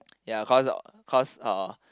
ya cause cause uh